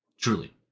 Truly